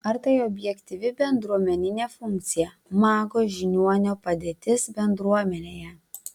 ar tai objektyvi bendruomeninė funkcija mago žiniuonio padėtis bendruomenėje